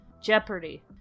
Jeopardy